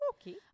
okay